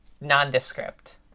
nondescript